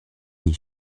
did